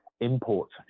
import